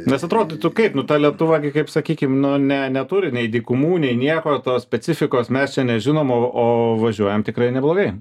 nes atrodytų kaip nu ta lietuva kaip sakykim na ne neturi nei dykumų nei nieko tos specifikos mes čia nežinom o o važiuojam tikrai neblogai